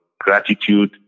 gratitude